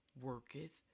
worketh